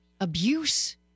abuse